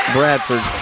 Bradford